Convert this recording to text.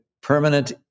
permanent